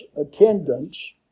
attendance